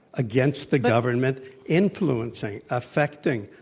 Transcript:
against the government influencing, affecting,